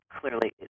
clearly